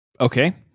Okay